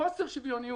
חוסר שוויוניות.